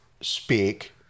speak